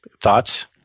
thoughts